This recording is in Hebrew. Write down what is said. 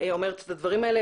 אומרת את הדברים האלה.